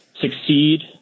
succeed